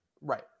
Right